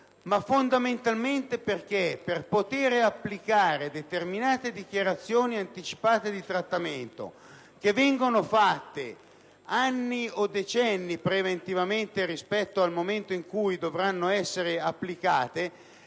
fondamentalmente perché, per poter applicare determinate dichiarazioni anticipate di trattamento che vengono fatte anni o decenni prima rispetto al momento in cui vengono messe in